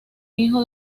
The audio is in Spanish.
hijo